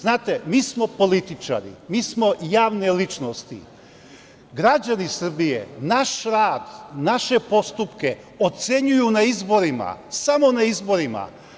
Znate, mi smo političari, mi smo javne ličnosti, građani Srbije, naš rad, naše postupke ocenjuju na izborima, samo na izborima.